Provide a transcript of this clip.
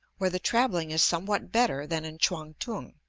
where the travelling is somewhat better than in quang-tung.